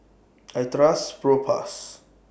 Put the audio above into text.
I Trust Propass